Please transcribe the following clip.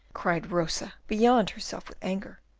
cried rosa, beyond herself with anger.